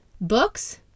books